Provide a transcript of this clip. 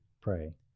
pray